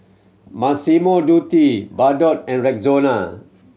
Massimo Dutti Bardot and Rexona